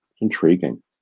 intriguing